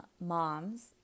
moms